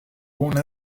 una